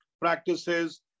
practices